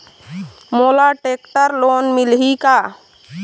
मोला tractor loan मिलही का?